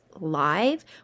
live